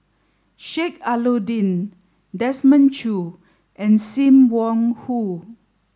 Sheik Alau'ddin Desmond Choo and Sim Wong Hoo